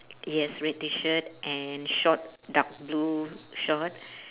yes red T-shirt and short dark blue short